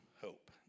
hope